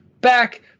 back